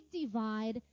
divide